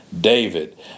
David